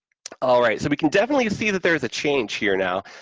all right, so we can definitely see that there's a change here now.